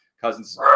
cousins